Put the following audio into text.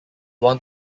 won